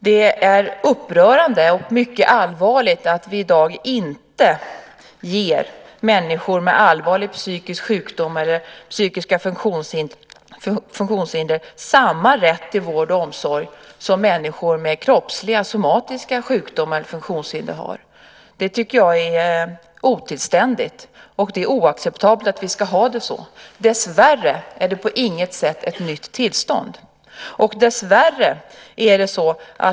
Det är upprörande och mycket allvarligt att vi i dag inte ger människor med allvarlig psykisk sjukdom eller psykiska funktionshinder samma rätt till vård och omsorg som människor med kroppsliga, somatiska sjukdomar och funktionshinder har. Det tycker jag är otillständigt, och det är oacceptabelt att vi ska ha det så. Dessvärre är det på inget sätt ett nytt tillstånd.